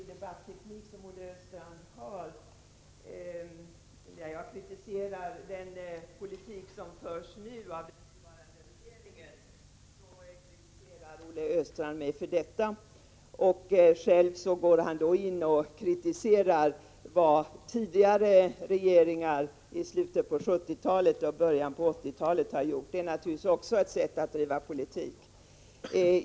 Herr talman! Olle Östrands debatteknik är kanske litet märklig. När jag kritiserar den politik som förs av den nuvarande regeringen, kritiserar Olle Östrand mig för detta. Själv går han in och kritiserar vad tidigare regeringar i slutet av 1970-talet och i början av 1980-talet gjorde. Det är naturligtvis också ett sätt att driva politik.